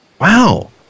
Wow